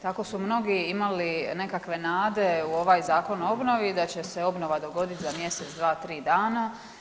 Tako su mnogi imali nekakve nade u ovaj Zakon o obnovi da će se obnova dogodit za mjesec, dva, tri dana.